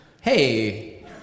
Hey